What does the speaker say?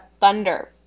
thunder